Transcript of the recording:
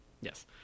Yes